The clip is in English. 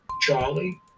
Charlie